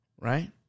right